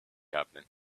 happening